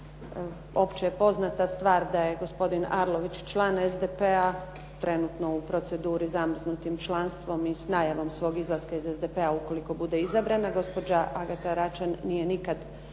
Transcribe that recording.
SDP-a, opće je poznata stvar da gospodin Arlović član SDP-a trenutno u proceduri zamrznutim članstvom i s najavom svog izlaska iz SDP-a ukoliko bude izabran, a gospođa Agata Račan nije nikada bila